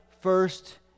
first